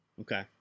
Okay